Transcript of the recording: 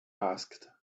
asked